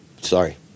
sorry